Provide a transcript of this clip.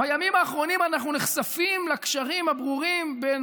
בימים האחרונים אנחנו נחשפים לקשרים הברורים בין